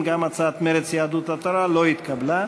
הצעת מרצ, יהדות התורה לא התקבלה.